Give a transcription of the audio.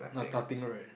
no~ nothing right